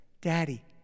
Daddy